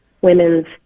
women's